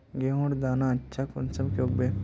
गेहूँर दाना अच्छा कुंसम के उगबे?